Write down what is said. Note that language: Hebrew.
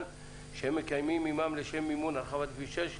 שהם מקיימים עמם לשם מימון הרחבת כביש 6,